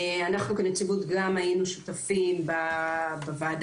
אנחנו כנציבות גם היינו שותפים בוועדה.